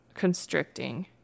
constricting